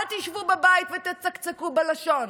אל תשבו בבית ותצקצקו בלשון.